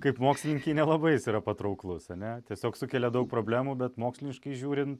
kaip mokslininkei nelabai jis yra patrauklus a ne tiesiog sukelia daug problemų bet moksliškai žiūrint